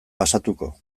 pasatuko